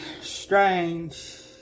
strange